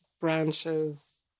branches